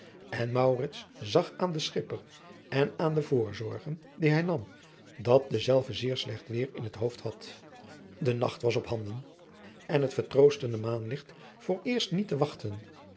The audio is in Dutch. en maurits zag aan den schipper en aan de voorzorgen die hij nam dat dezelve zeer slecht weêr in het hoofd had de nacht was op handen en het vertroostende maanlicht vooreerst niet te wachten